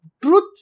truth